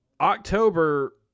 October